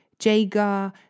Jagar